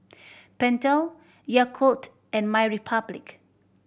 Pentel Yakult and MyRepublic